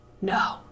No